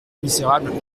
misérable